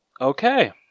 Okay